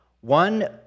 one